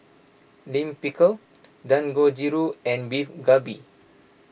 Lime Pickle Dangojiru and Beef Galbi